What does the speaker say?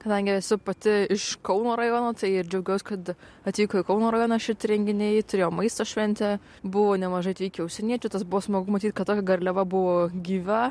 kadangi esu pati iš kauno rajono tai ir džiaugiuos kad atvyko į kauno rajoną šit renginiai turėjom maisto šventę buvo nemažai atvykę užsieniečių tas buvo smagu matyt kad ta garliava buvo gyva